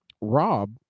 Rob